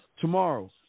tomorrow